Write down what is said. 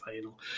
final